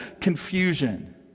confusion